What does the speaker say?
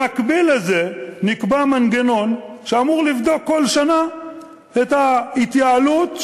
במקביל לזה נקבע מנגנון שאמור לבדוק כל שנה את ההתייעלות,